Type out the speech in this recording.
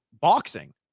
boxing